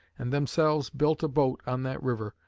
and themselves built a boat on that river,